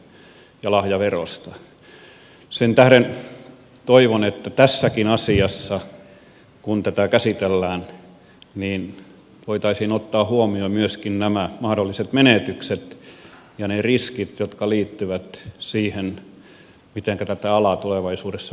sen tähden toivon että tässäkin asiassa kun tätä käsitellään voitaisiin ottaa huomioon myöskin nämä mahdolliset menetykset ja ne riskit jotka liittyvät siihen mitenkä tätä alaa tulevaisuudessa voitaisiin kehittää